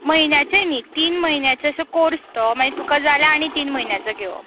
म्हयन्याचे न्हय तीन म्हयन्याचे असो कोर्स तो मागीर तुका जाय जाल्यार आनी तीन म्हयन्याचो घेवप